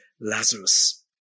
Lazarus